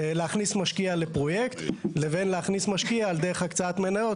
מכניסים משקיע לפרויקט בחברה שהיא לא חברת פרויקט,